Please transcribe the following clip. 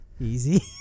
easy